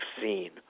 seen